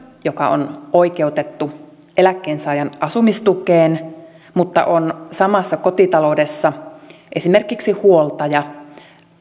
joka on oikeutettu eläkkeensaajan asumistukeen mutta on samassa kotitaloudessa esimerkiksi huoltaja